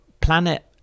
planet